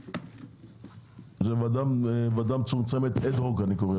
זה ועדה מצומצמת אד הוק.